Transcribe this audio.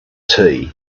tea